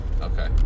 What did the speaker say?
Okay